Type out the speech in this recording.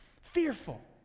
fearful